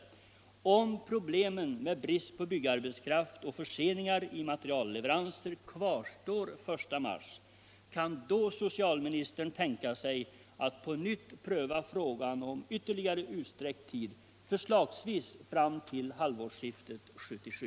Om problemen med brist på byggarbetskraft och förseningar i materialleveranser kvarstår den I mars, kan socialministern tänka sig att på nytt pröva frågan om yterligare utsträckt tid, förslagsvis fram till halvårsskiftet 1977?